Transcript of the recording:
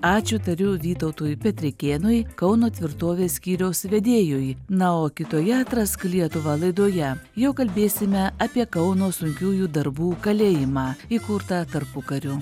ačiū tariu vytautui petrikėnui kauno tvirtovės skyriaus vedėjui na o kitoje atrask lietuvą laidoje jau kalbėsime apie kauno sunkiųjų darbų kalėjimą įkurtą tarpukariu